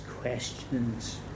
questions